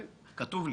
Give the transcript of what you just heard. יפה, כתוב לי.